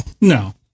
No